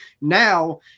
now